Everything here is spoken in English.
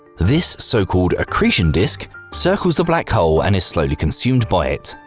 this so-called accretion disc circles the black hole and is slowly consumed by it,